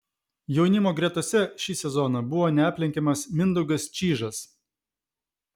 jaunimo gretose šį sezoną buvo neaplenkiamas mindaugas čyžas